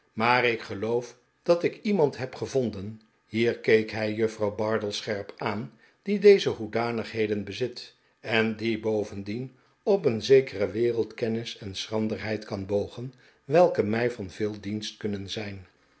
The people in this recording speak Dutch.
maar ik geloof dat ik iemand heb gevonden hier keek hij juffrouw bardell scherp aan die deze hoedanigheden bezit en die bovendien op een zekere wereldkennis en schranderheid kan bogen welke mij van veel dienst kunnen zijn